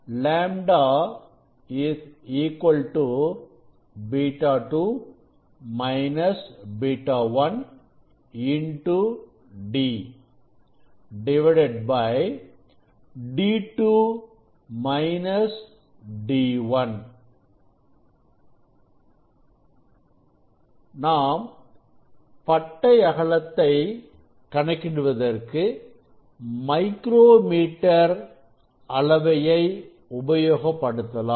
λ β 2 β 1 d நாம் பட்டை அகலத்தை கணக்கிடுவதற்கு மைக்ரோ மீட்டர் அளவையை உபயோகப்படுத்தலாம்